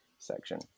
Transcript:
section